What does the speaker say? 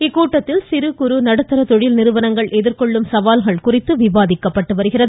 இக்கூட்டத்தில் சிறு குறு நடுத்தர தொழில் நிறுவனங்கள் எதிர்கொள்ளும் சவால்கள் குறித்து விவாதிக்கப்பட்டு வருகிறது